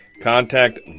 Contact